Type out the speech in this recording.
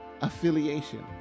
affiliation